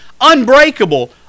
unbreakable